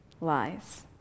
lies